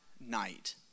night